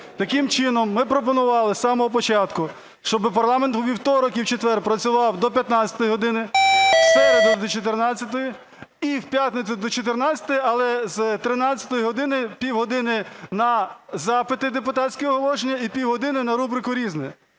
Таким чином, ми пропонували з самого початку, щоб парламент у вівторок і в четвер працював до 15-ї години, в середу до 14-ї і в п'ятницю до 14-ї, але з 13-ї години півгодини на запити депутатські, оголошення, і півгодини на рубрику "Різне".